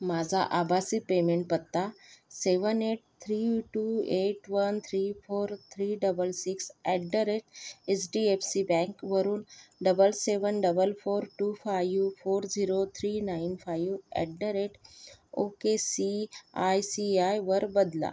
माझा आभासी पेमेंट पत्ता seven eight three two eight one three four three double six at the rate H D F C बँकवरून double seven double four two five four zero three nine five at the rate okay C I C आयवर बदला